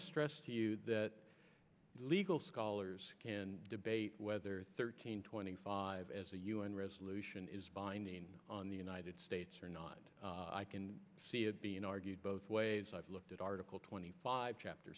to stress to you that legal scholars can debate whether thirteen twenty five as a u n resolution is binding on the united states or not i can see it being argued both ways i've looked at article twenty five chapter